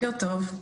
בוקר טוב.